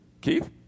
Keith